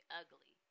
ugly